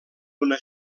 d’una